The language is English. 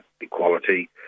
equality